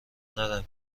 ندم